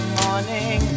morning